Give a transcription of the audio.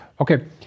okay